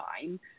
time